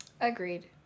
Agreed